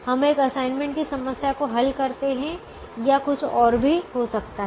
हम एक असाइनमेंट की समस्या को हल करते हैं या कुछ और भी हो सकता है